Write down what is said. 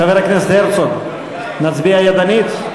חבר הכנסת הרצוג, נצביע ידנית?